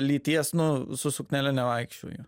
lyties nu su suknele nevaikščioju